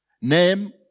Name